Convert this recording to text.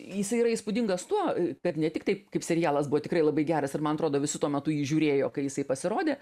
jisai yra įspūdingas tuo kad ne tiktai kaip serialas buvo tikrai labai geras ir man atrodo visi tuo metu jį žiūrėjo kai jisai pasirodė